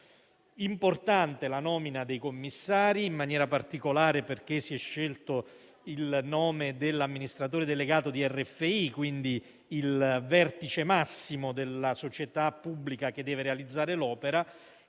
Importante la nomina dei commissari, in maniera particolare perché si è scelto il nome dell'amministratore delegato di RFI, quindi il vertice massimo della società pubblica che deve realizzare l'opera.